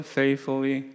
faithfully